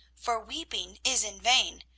for weeping is in vain,